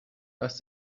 das